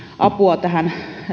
apua